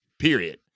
period